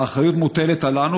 האחריות מוטלת עלינו,